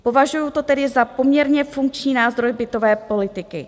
Považuju to tedy za poměrně funkční nástroj bytové politiky.